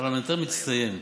פרלמנטר מצטיין.